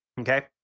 Okay